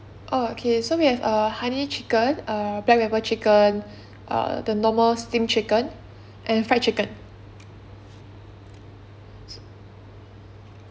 oh okay so we have err honey chicken err black pepper chicken err the normal steamed chicken and fried chicken